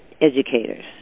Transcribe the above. educators